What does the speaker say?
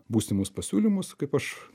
būsimus pasiūlymus kaip aš